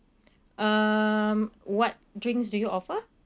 um what drinks do you offer